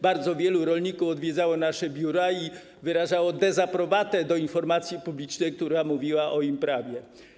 Bardzo wielu rolników odwiedzało nasze biura i wyrażało dezaprobatę wobec informacji publicznej, która mówiła o ich prawie.